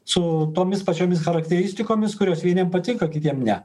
su tomis pačiomis charakteristikomis kurios vieniem patinka kitiem ne